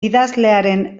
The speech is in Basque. idazlearen